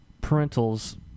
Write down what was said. parental's